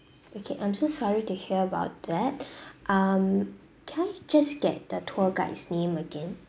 okay I'm so sorry to hear about that um can I just get the tour guide's name again